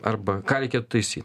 arba ką reikia taisyt